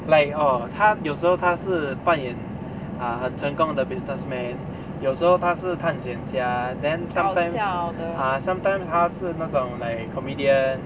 like orh 他有时候他是扮演 ah 很成功的 businessman 有时候他是探险家 then sometimes ah sometimes 他是那种 like comedian